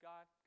God